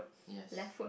yes